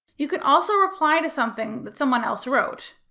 you can also reply to something that someone else wrote.